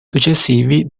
successivi